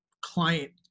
client